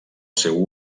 seu